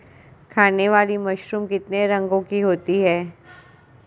खाने वाली मशरूम कितने रंगों की होती है?